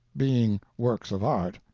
being works of art.